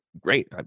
great